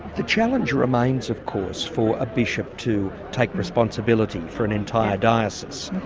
the challenge remains of course for a bishop to take responsibility for an entire diocese.